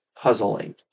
puzzling